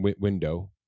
window